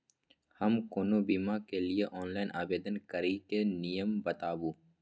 हम कोनो बीमा के लिए ऑनलाइन आवेदन करीके नियम बाताबू?